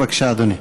בבקשה, אדוני.